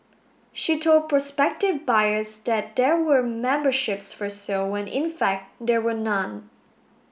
she told prospective buyers that there were memberships for sale when in fact there were none